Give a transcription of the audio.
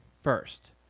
first